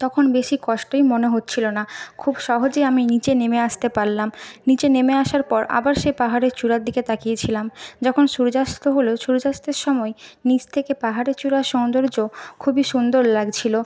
তখন বেশি কষ্টই মনে হচ্ছিল না খুব সহজেই আমি নিচে নেমে আসতে পারলাম নিচে নেমে আসার পর আবার সেই পাহাড়ের চূড়ার দিকে তাকিয়েছিলাম যখন সূর্যাস্ত হলো সূর্যাস্তের সময় নিচ থেকে পাহাড়ের চূড়ার সৌন্দর্য খুবই সুন্দর লাগছিল